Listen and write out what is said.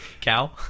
Cow